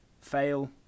fail